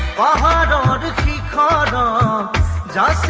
ah da da da da